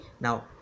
now